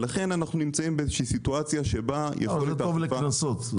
ולכן אנחנו נמצאים בסיטואציה שבה יכול --- אבל זה טוב לקנסות.